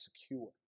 secure